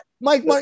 Mike